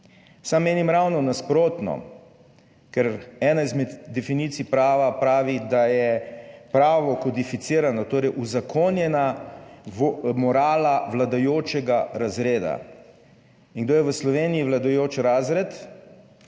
Sam menim ravno nasprotno, ker ena izmed definicij prava pravi, da je pravo kodificirano, torej uzakonjena morala vladajočega razreda. In kdo je v Sloveniji vladajoči razred?